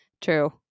True